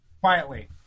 Quietly